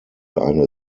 eine